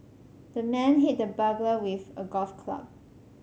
the man hit the burglar with a golf club